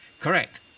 Correct